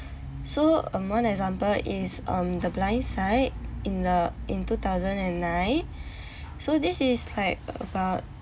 so um one example is um the blind side in a in two thousand and nine so this is like about